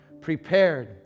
prepared